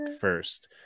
first